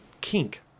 kink